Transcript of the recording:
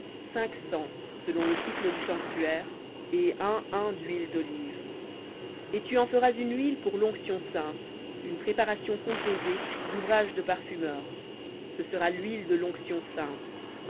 cents selon le sicle du sanctuaire et un hin dhuile dolive et tu en feras une huile pour l'onction sainte une préparation composée d'ouvrage de parfumeur ce sera l'huile de l'onction sainte